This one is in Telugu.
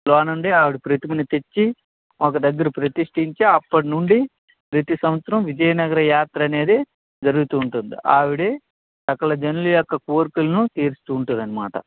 లోన నుండి ఆవిడ ప్రతిమను తెచ్చి ఒక దగ్గర ప్రతిష్టించి అప్పటి నుండి ప్రతీ సంవత్సరం విజయనగర యాత్ర అనేది జరుగుతూ ఉంటుంది ఆవిడ సకల జనులు యొక్క కోరికలను తీరుస్తూ ఉంటుంది అన్నమాట